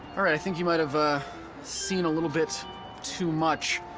alright, i think you might've ah seen a little bit too much.